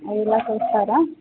అయ్యేలాగ చూస్తారా